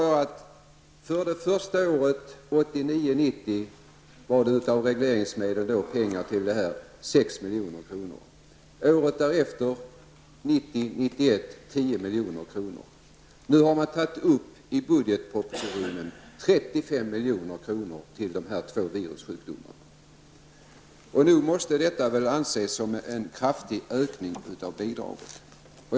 Jag sade vidare att för det första året, 1989 91, rörde det sig om 10 milj.kr. Nu har man i budgetpropositionen anslagit 35 milj.kr. till de två virussjukdomarna. Nog måste detta anses som en kraftig ökning av bidraget.